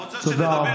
אתה רוצה שנדבר?